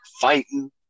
fighting